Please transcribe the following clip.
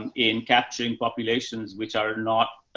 and in capturing populations which are not,